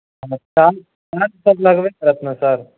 charge तऽ लगबे करत ने सर